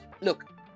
Look